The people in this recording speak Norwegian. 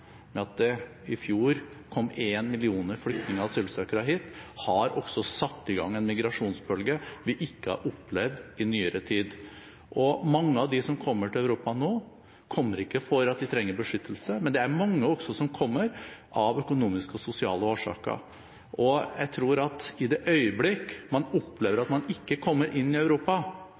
at det i fjor kom 1 million flyktninger og asylsøkere hit, også har satt i gang en migrasjonsbølge vi ikke har opplevd i nyere tid. Mange av dem som kommer til Europa nå, kommer ikke fordi de trenger beskyttelse, det er også mange som kommer av økonomiske og sosiale årsaker. Jeg tror at i det øyeblikk man opplever at man ikke kommer inn i Europa